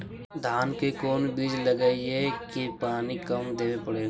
धान के कोन बिज लगईऐ कि पानी कम देवे पड़े?